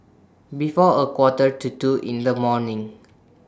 before A Quarter to two in The morning